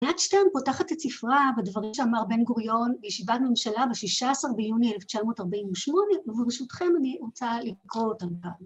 ליאת שטרן פותחת את ספרה בדברים שאמר בן גוריון בישיבת ממשלה ב-16 ביוני 1948 וברשותכם אני רוצה לקרוא אותם כאן.